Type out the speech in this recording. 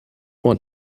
want